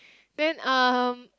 then um